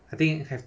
I think have